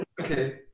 Okay